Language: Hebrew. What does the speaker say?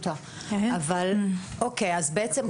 --- בעצם,